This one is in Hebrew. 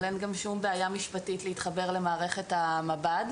אבל גם אין שום בעיה משפטית להתחבר למערכת המב"ד.